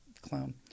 clown